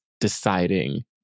deciding